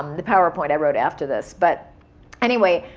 the powerpoint i wrote after this. but anyway,